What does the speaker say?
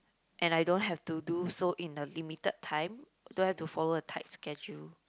and I don't have to do so in a limited time don't have to follow a tight schedule